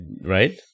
right